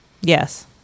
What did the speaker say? Yes